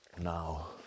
Now